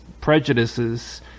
Prejudices